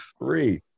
three